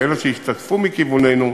אלה שהשתתפו מכיווננו,